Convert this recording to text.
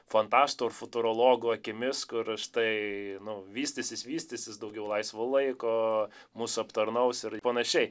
fantastų ar futurologų akimis kur štai nu vystysis vystysis daugiau laisvo laiko mus aptarnaus ir panašiai